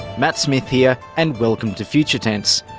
matt smith here, and welcome to future tense.